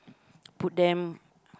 put them